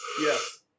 Yes